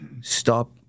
stop